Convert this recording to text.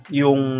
yung